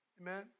Amen